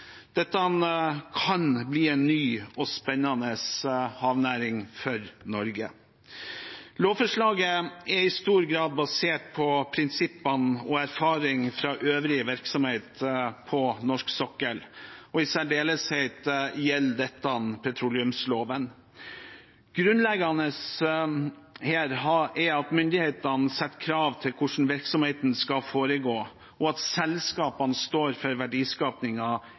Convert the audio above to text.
Dette kan bli en ny og spennende havnæring for Norge. Lovforslaget er i stor grad basert på prinsippene og erfaringene fra øvrig virksomhet på norsk sokkel, og i særdeleshet gjelder dette petroleumsloven. Grunnleggende her er at myndighetene setter krav til hvordan virksomheten skal foregå, og at selskapene står for